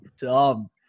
dumb